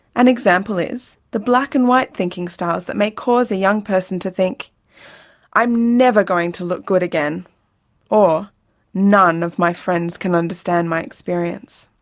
an example is the black and white thinking styles that may cause a young person to think i'm never going to look good again or none of my friends can understand my experience.